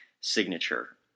signature